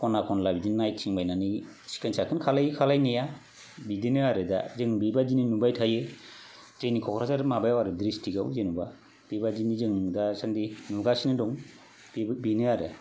खना खनला बिदिनो नायथिं बायनानै सिखोन साखोन खालायो खालायनाया बिदिनो आरो दा जों बे बायदिनो नुबाय थायो जोंनि ककराझार माबायाव आरो डिस्ट्रिक्टाव जेनोबा बेबायदिनो जों दासान्दि नुगासनो दं बेनो आरो